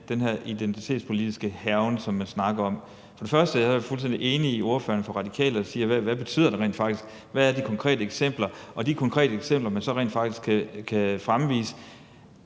den her identitetspolitiske hærgen, som jeg snakker om. For det første er jeg fuldstændig enig med ordføreren for Radikale, der spørger: Hvad betyder det rent faktisk, hvad er de konkrete eksempler? Og kan de konkrete eksempler, man så rent faktisk kan fremvise,